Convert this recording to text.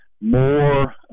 more